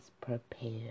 prepared